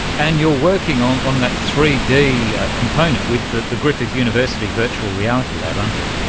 and you're working on on that three d component with the the griffith university virtual reality lab, aren't you.